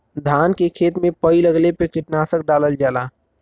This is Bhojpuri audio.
धान के खेत में पई लगले पे कीटनाशक डालल जाला